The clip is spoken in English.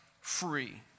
free